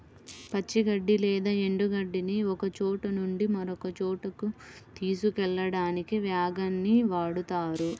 పచ్చి గడ్డి లేదా ఎండు గడ్డిని ఒకచోట నుంచి మరొక చోటుకి తీసుకెళ్ళడానికి వ్యాగన్ ని వాడుతారు